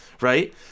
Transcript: right